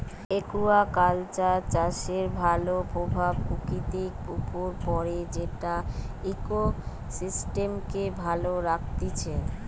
aquaculture চাষের ভাল প্রভাব প্রকৃতির উপর পড়ে যেটা ইকোসিস্টেমকে ভালো রাখতিছে